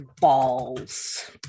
balls